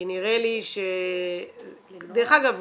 כי נראה לי --- דרך אגב,